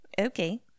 Okay